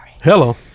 Hello